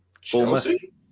Chelsea